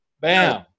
Bam